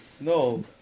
no